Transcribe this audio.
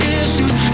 issues